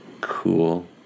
Cool